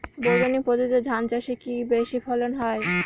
বৈজ্ঞানিক পদ্ধতিতে ধান চাষে কি বেশী ফলন হয়?